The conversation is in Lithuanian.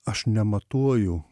aš nematuoju